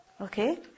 okay